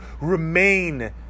remain